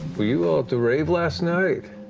were you all at the rave last night?